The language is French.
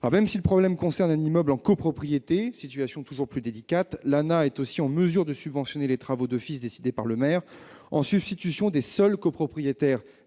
Quand le problème concerne un immeuble en copropriété- situation toujours plus délicate -, l'ANAH est en mesure de subventionner les travaux d'office décidés par le maire en substitution des seuls copropriétaires